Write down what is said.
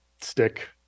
stick